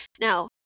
now